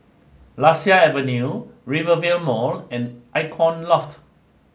Lasia Avenue Rivervale Mall and Icon Loft